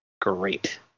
great